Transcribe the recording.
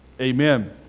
Amen